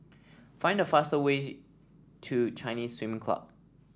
find the fastest way to Chinese Swimming Club